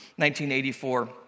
1984